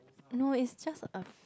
no its a